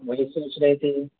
وہی سوچ رہے تھے